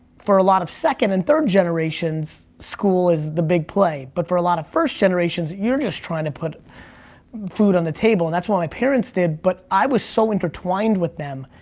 for a lot of second and third generations school is the big play, but for a lot of first generations you're just trying to put food on the table and that's what my parents did, but i was so intertwined with them